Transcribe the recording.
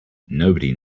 nobody